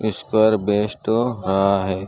score best رہا ہے